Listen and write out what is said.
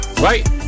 right